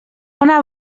una